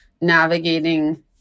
navigating